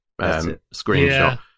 screenshot